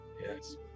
Yes